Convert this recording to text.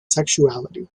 sexuality